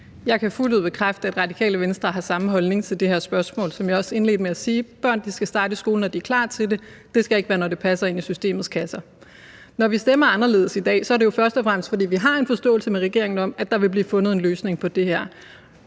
Jeg kan fuldt ud bekræfte, at Radikale Venstre har samme holdning til det her spørgsmål. Som jeg også indledte med at sige, skal børn starte i skolen, når de er klar til det. Det skal ikke være, når det passer ind i systemets kasser. Når vi stemmer anderledes i dag, er det jo først og fremmest, fordi vi har en forståelse med regeringen om, at der vil blive fundet en løsning på det her.